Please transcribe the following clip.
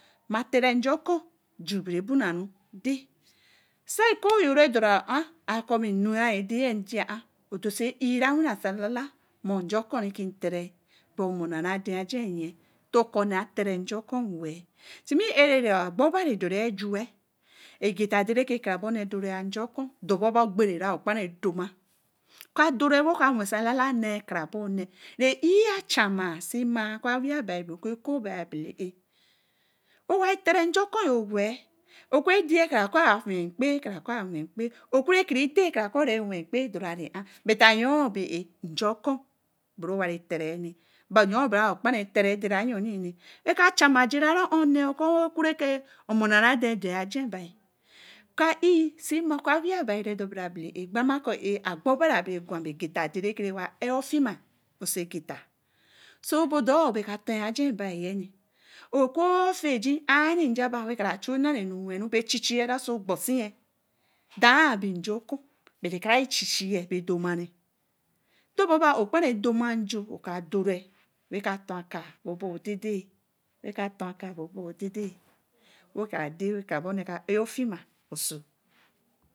Ma tere nja kóón ju mare bona re dai, se kóó yo re dora ari koo nu ra dai, odoso e ra woso alala koor mor nja kóór re tere so mor na-raden ajen yen to koone tere nja kóór weh tima ã re ni or agba obari dore ju weh ageta re doboni dore ye nja kóór dobo gbere re o kparan doma weh kara wenso alala ne, kara boneh re ee yã chama sef, sii ma oku weh bai bara oku kóói bai abale ã owa tere nja okoor yo weh oku re dai kara koo a wen kpi. kpe, oku re labi ko re wen kpe dora re ari bet ayon be nja koon boro we tere ni ayon bere o kparan tere dere yoni weh ka nei adana kei re ke omonare den doi ajen bai oka e nei ania ba re dori abela õ áá, ko agba obari abere gwa, dare wey ar ofima oku ofijin ari ri je ba wer ka re chu nner-ru woso se chi chue ye ogbonsi ye daar bie nja kóón bat kere chi chua ba doma re dor bo bee á ó kparan doma jo oka doma njo we káá ton káá baa oba deedei weh kara bóó ne kara á afina sóó